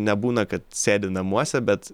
nebūna kad sėdi namuose bet